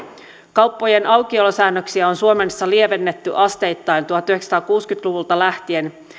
kauppojen aukiolosäännöksiä on suomessa lievennetty asteittain tuhatyhdeksänsataakuusikymmentä luvulta lähtien